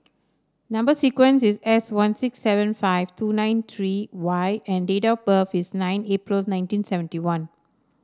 number sequence is S one six seven five two nine three Y and date of birth is nine April nineteen seventy one